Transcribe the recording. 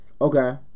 Okay